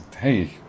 hey